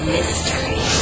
Mystery